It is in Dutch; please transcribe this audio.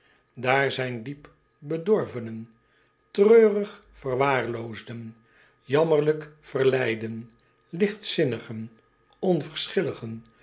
daar zijn diep bedorvenen treurig verwaarloosden jammerlijk verleiden ligtzinnigen